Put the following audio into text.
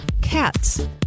Cats